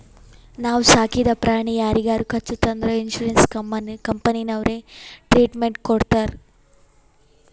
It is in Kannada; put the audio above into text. ನಾವು ಸಾಕಿದ ಪ್ರಾಣಿ ಯಾರಿಗಾರೆ ಕಚ್ಚುತ್ ಅಂದುರ್ ಇನ್ಸೂರೆನ್ಸ್ ಕಂಪನಿನವ್ರೆ ಟ್ರೀಟ್ಮೆಂಟ್ ಕೊಡ್ತಾರ್